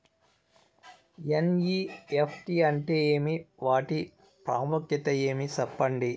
NEFT అంటే ఏమి వాటి ప్రాముఖ్యత ఏమి? సెప్పండి?